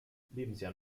lebensjahr